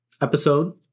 episode